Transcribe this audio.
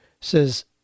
says